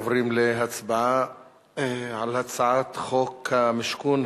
אנחנו עוברים להצבעה על הצעת חוק המשכון,